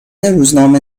روزنامه